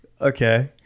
Okay